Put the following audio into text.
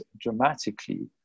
dramatically